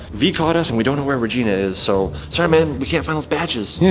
vy caught us, and we don't know where regina is. so, sorry man, we can't find those badges.